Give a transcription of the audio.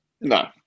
no